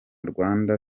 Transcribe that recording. rwanda